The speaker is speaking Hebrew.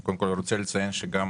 אני קודם כל רוצה לציין שגם